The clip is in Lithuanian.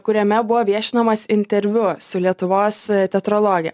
kuriame buvo viešinamas interviu su lietuvos teatrologe